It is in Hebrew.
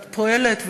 את פועלת,